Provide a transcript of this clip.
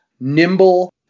nimble